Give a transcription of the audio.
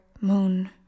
moon